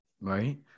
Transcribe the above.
Right